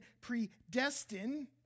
predestined